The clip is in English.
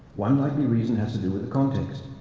one likely reason has to do with the context.